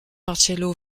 marcello